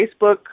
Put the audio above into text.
Facebook